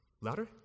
Louder